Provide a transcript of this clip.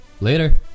Later